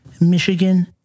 Michigan